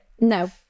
No